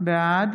בעד